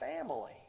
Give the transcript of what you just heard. family